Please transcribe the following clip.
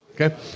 Okay